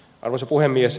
arvoisa puhemies